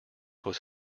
was